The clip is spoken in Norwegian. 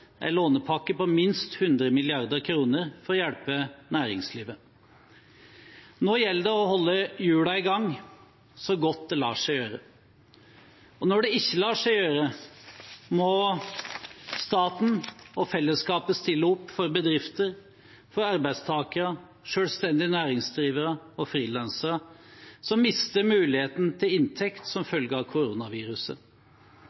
lånepakke på minst 100 mrd. kr for å hjelpe næringslivet. Nå gjelder det å holde hjulene i gang så godt det lar seg gjøre. Når det ikke lar seg gjøre, må staten og fellesskapet stille opp for bedrifter, for arbeidstakere, for selvstendig næringsdrivende og for frilansere som mister muligheten til inntekt som